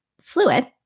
fluid